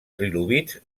trilobits